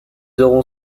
auront